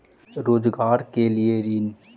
रोजगार के लिए ऋण?